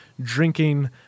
drinking